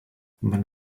man